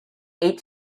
eight